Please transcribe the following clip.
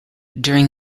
during